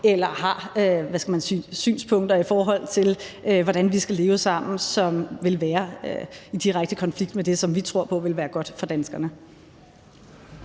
eller har synspunkter i forhold til, hvordan vi skal leve sammen, som vil være i direkte konflikt med det, som vi tror på vil være godt for danskerne.